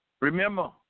Remember